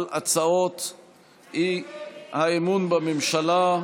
אדוני, הצבעה.